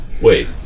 wait